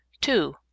two